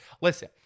Listen